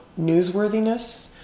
newsworthiness